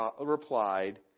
replied